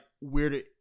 weird